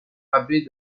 abbé